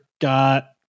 got